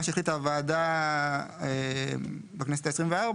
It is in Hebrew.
מה שהחליטה הוועדה בכנסת ה-24,